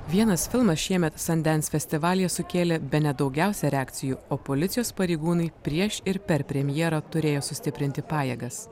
vienas filmas šiemet sandens festivalyje sukėlė bene daugiausia reakcijų o policijos pareigūnai prieš ir per premjerą turėjo sustiprinti pajėgas